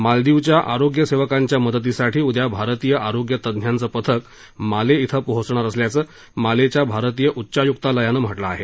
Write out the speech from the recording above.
मालदीवच्या आरोग्य सेवकांच्या मदतीसाठी उद्या भारतीय आरोग्य तज्ञांचं पथक माले इथं पोहोचणार असल्याचं मालेच्या भारतीय उच्चाय्क्तालयानं म्ह लं आहे